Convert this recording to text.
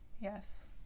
Yes